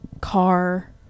car